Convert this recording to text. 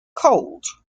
cold